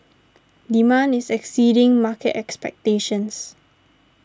demand is exceeding market expectations